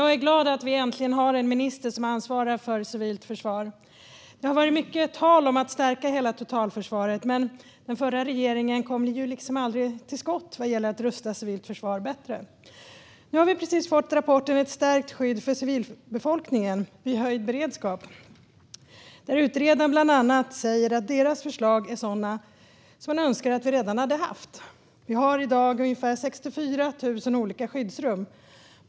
Fru talman! Jag är glad att vi äntligen har en minister som ansvarar för civilt försvar. Det har varit mycket tal om att stärka totalförsvaret, men den förra regeringen kom liksom aldrig till skott vad gällde att rusta det civila försvaret bättre. Nu har vi precis fått rapporten Ett stärkt skydd för civilbefolkningen vid höjd beredskap . Utredaren säger bland annat att förslagen i rapporten gäller sådant som man önskar att vi redan hade haft på plats. Vi har i dag ungefär 64 000 olika skyddsrum.